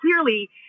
clearly